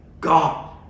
God